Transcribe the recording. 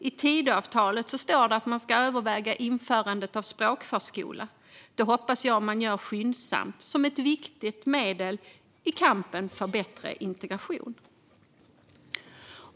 I Tidöavtalet står det att man ska överväga införandet av språkförskola. Det hoppas jag görs skyndsamt som ett viktigt medel i kampen för bättre integration.